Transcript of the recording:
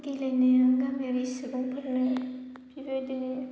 गेलेनायाव गामियारि सुबुंफोरनो बेबादिनो